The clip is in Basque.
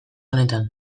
honetan